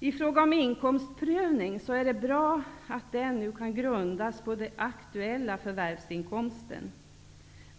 I fråga om inkomstprövning är det bra att denna nu kan grundas på den aktuella förvärvsinkomsten.